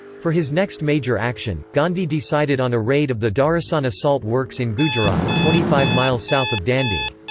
for his next major action, gandhi decided on a raid of the dharasana salt works in gujarat, twenty five miles south of dandi.